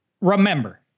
Remember